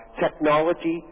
technology